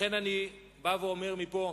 לכן אני בא ואומר מפה,